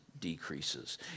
decreases